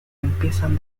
empiezan